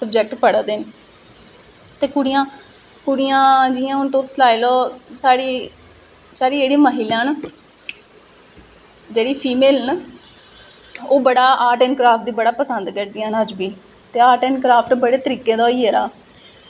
stationery च जेहड़ी stationery दी जेहड़ी स्हानूू चीजां औंदिया ओहदे च शार्टैज होंदी ऐ केंई बारी केंई बारी साढ़ी साढ़े कोल पूरियां चीजां नेई होंदियां स्हानू अग्गूं पिच्छुआं बी केंई बारी ओह् चीज है नी मिलदी जेहड़ी स्हानू अपनी ड्रांइग च चाहिदी होंदी ऐ तांहियै करियै